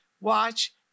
Watch